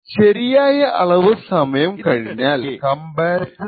ശരിയായ അളവ് സമയം കഴിഞ്ഞാൽ കമ്പാരട്ടർ ഔട്ട്പുട്ട് 1 ആകും